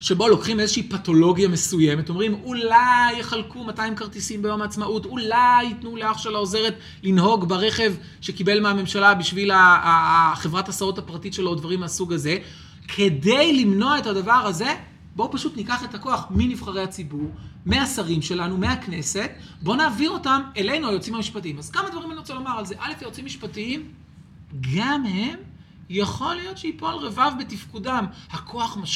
שבו לוקחים איזושהי פתולוגיה מסוימת, אומרים אולי יחלקו 200 כרטיסים ביום העצמאות, אולי ייתנו לאח של העוזרת לנהוג ברכב שקיבל מהממשלה בשביל החברת הסעות הפרטית שלו, או דברים מהסוג הזה. כדי למנוע את הדבר הזה, בואו פשוט ניקח את הכוח מנבחרי הציבור, מהשרים שלנו, מהכנסת, בואו נעביר אותם אלינו היוצאים המשפטיים. אז כמה דברים אני רוצה לומר על זה? א', היוצאים משפטיים, גם הם יכול להיות שיפול רבב בתפקודם, הכוח משפטי.